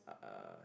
uh